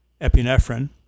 epinephrine